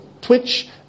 Twitch